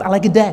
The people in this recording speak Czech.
Ale kde?